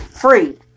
Free